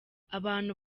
abantu